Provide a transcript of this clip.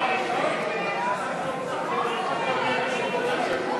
ההסתייגויות לסעיף 20, משרד החינוך,